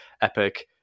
epic